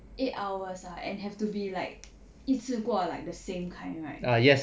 eight hours ah have to be like 一次过 like the same kind right